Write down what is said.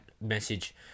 message